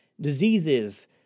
Diseases